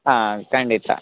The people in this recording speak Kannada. ಹಾಂ ಖಂಡಿತ